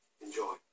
enjoy